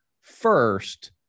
first